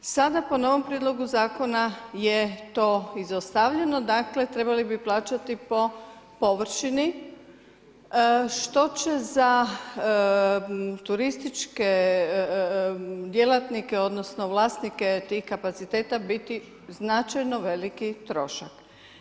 Sada po novom prijedlogu zakona je to izostavljano dakle trebali bi plaćati po površini, što će za turističke djelatnike, odnosno vlasnike tih kapaciteta biti značajno veliki trošak.